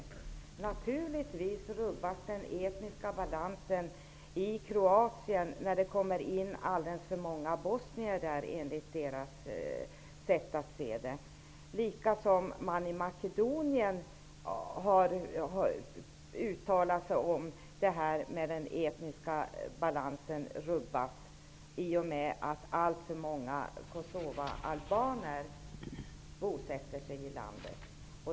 Den etniska balansen rubbas naturligtvis i Kroatien när det kommer in alldeles för många bosnier, enligt deras sätt att se det. I Makedonien har man också uttalat att den etniska balansen rubbas i och med att alltför många kosovaalbaner bosätter sig i landet.